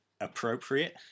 appropriate